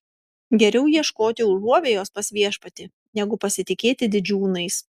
geriau ieškoti užuovėjos pas viešpatį negu pasitikėti didžiūnais